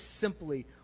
simply